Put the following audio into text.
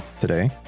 today